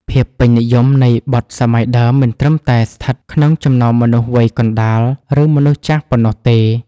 ភាពពេញនិយមនៃបទសម័យដើម មិនត្រឹមតែស្ថិតក្នុងចំណោមមនុស្សវ័យកណ្ដាល ឬមនុស្សចាស់ប៉ុណ្ណោះទេ